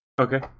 Okay